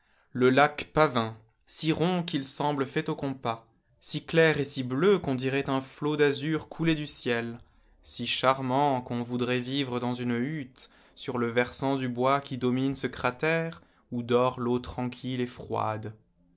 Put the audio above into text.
le lac pavin si rond qu'il semble fait au compas si clair et si bleu qu'on dirait un flot d'azur coulé du ciel si charmant qu'on voudrait vivre dans une hutte sur le versant du bois qui domine ce cratère où dort l'eau tranquille et froide